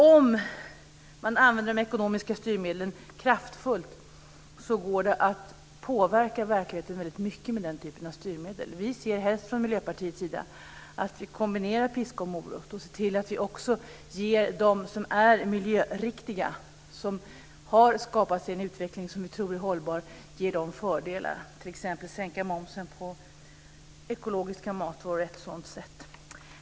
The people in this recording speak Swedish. Om man använder de ekonomiska styrmedlen kraftfullt går det att påverka verkligheten väldigt mycket. Vi ser helst från Miljöpartiets sida att vi kombinerar piska och morot och ser till att ge dem som är miljöriktiga - som skapar en utveckling som vi tror är hållbar - fördelar. Att sänka momsen på ekologiska matvaror är ett sådant sätt.